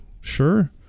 sure